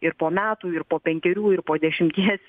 ir po metų ir po penkerių ir po dešimties